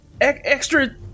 extra